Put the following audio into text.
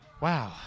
Wow